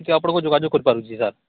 ଟିକେ ଆପଣଙ୍କୁ ଯୋଗାଯୋଗ କରିପାରୁଛି ସାର୍